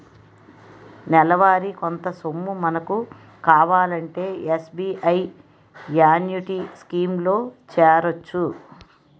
నెలవారీ కొంత సొమ్ము మనకు కావాలంటే ఎస్.బి.ఐ యాన్యుటీ స్కీం లో చేరొచ్చు